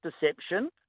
deception